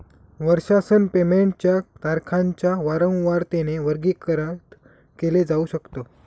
वर्षासन पेमेंट च्या तारखांच्या वारंवारतेने वर्गीकृत केल जाऊ शकत